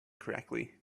correctly